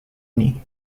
ini